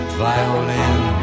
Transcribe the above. violin